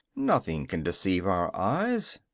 nothing can deceive our eyes.